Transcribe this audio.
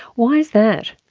why is that?